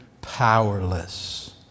powerless